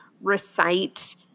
recite